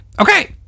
Okay